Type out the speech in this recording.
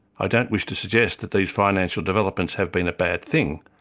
ah don't wish to suggest that these financial developments have been a bad thing.